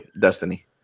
Destiny